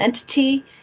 entity